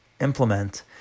implement